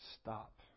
stop